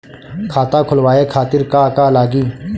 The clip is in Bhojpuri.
खाता खोलवाए खातिर का का लागी?